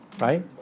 right